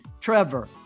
Trevor